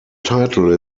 title